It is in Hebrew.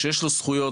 שיש לו זכויות.